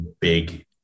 big